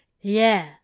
Yeah